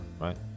right